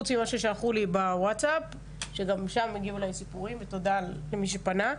מלבד אלה ששלחו לי ותודה למי שפנה,